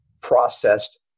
processed